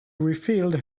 refilled